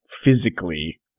physically